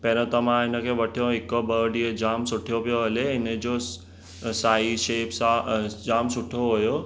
पहिरां त मां हिन खे वठियो हिकु ॿ ॾींहुं जामु सुठो पियो हले हिन जो साईज़ शेप सां जामु सुठा हुयो